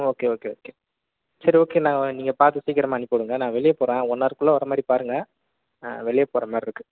okay okay okay சரி okay நா நீங்கள் பார்த்து சீக்கிரமாக அனுப்பி விடுங்கள் நான் வெளியில் போகிறேன் ஒன் அவருக்குள்ளே வர்ற மாதிரி பாருங்கள் நான் வெளியில் போகிற மாதிரி இருக்கும்